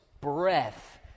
Breath